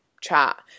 chat